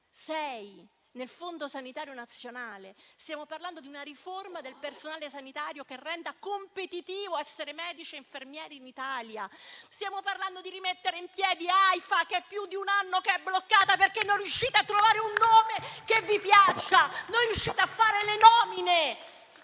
più nel Fondo sanitario nazionale. Stiamo parlando di una riforma del personale sanitario che renda competitivo essere medici e infermieri in Italia. Stiamo parlando di rimettere in piedi Aifa che è più di un anno che è bloccata, perché non riuscite a trovare un nome che vi piaccia, non riuscite a fare le nomine.